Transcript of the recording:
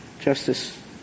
Justice